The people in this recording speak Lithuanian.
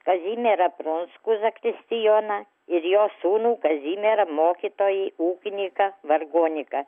kazimierą pronskų zakristijoną ir jo sūnų kazimierą mokytojai ūkiniką vargoniką